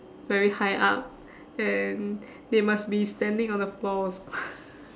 very high up and they must be standing on the floor also